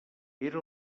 era